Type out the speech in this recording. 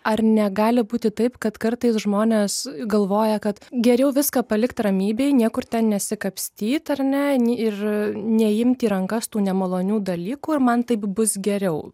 ar negali būti taip kad kartais žmonės galvoja kad geriau viską palikti ramybėj niekur nesikapstyt ar ne ir neimt į rankas tų nemalonių dalykų ir man taip bus geriau